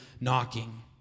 knocking